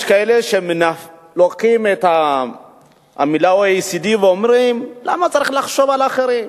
יש כאלה שלוקחים את המלה OECD ואומרים: למה צריך לחשוב על האחרים?